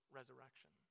resurrection